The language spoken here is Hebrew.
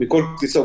מכל כניסה.